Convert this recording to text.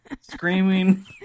Screaming